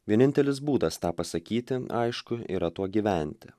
vienintelis būdas tą pasakyti aišku yra tuo gyventi